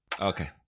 Okay